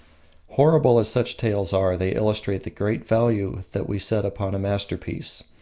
horrible as such tales are, they illustrate the great value that we set upon a masterpiece,